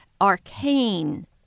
arcane